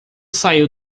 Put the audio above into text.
saiu